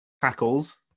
tackles